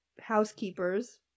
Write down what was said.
housekeepers